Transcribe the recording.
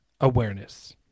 awareness